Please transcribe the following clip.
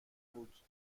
بود